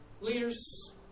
leaders